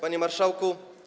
Panie Marszałku!